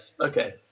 okay